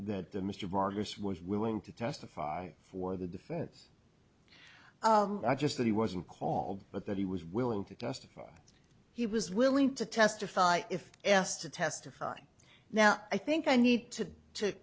that mr vargas was willing to testify for the defense just that he wasn't called but that he was willing to testify he was willing to testify if asked to testify now i think i need to to